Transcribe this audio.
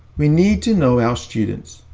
we need to know our students.